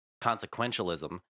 consequentialism